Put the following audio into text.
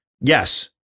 yes